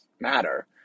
matter